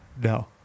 No